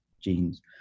genes